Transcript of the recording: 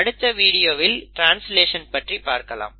அடுத்த வீடியோவில் ட்ரான்ஸ்லேஷன் பற்றி பார்க்கலாம்